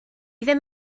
ddim